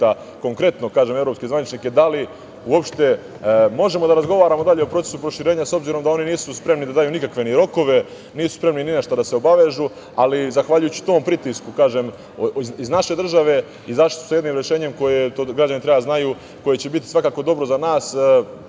konkretno evropske zvaničnike da li uopšte možemo da razgovaramo dalje o procesu proširenja, s obzirom da oni nisu spremni da daju nikakve ni rokove, nisu spremni ni na šta da se obavežu, ali zahvaljujući tom pritisku iz naše države izašli su sa jednim rešenjem, to građani treba da znaju, koje će biti svakako dobro za nas